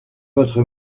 votre